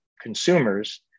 consumers